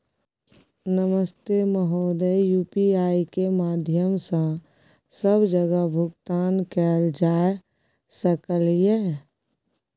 नमस्ते महोदय, यु.पी.आई के माध्यम सं सब जगह भुगतान कैल जाए सकल ये?